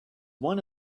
one